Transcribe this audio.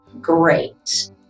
great